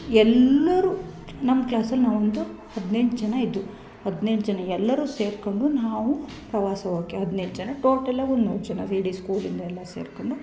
ಎಲ್ಲರು ನಮ್ಮ ಕ್ಲಾಸಲ್ಲಿ ನಾವಂತೂ ಹದಿನೆಂಟು ಜನ ಇದ್ವು ಹದಿನೆಂಟು ಜನ ಎಲ್ಲರು ಸೇರಿಕೊಂಡು ನಾವು ಪ್ರವಾಸ ಹೋಗಕೆ ಹದಿನೆಂಟು ಜನ ಟೋಟಲ್ ಆಗ ಒಂದು ನೂರು ಜನ ಇಡೀ ಸ್ಕೂಲಿಂದ ಎಲ್ಲ ಸೇರಿಕೊಂಡು